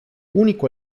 único